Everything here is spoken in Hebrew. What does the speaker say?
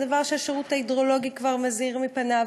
זה דבר שהשירות ההידרולוגי כבר מזהיר מפניו.